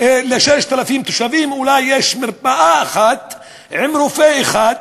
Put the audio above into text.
ל-6,000 תושבים אולי יש מרפאה אחת עם רופא אחד,